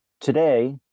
Today